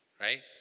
right